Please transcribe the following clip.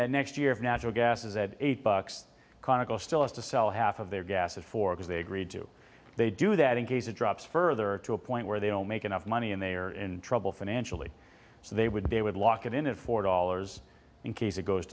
that next year's natural gas is at eight bucks conical still has to sell half of their gas at four because they agreed to they do that in case it drops further to a point where they don't make enough money and they are in trouble financially so they would they would lock it in a four dollars in case it goes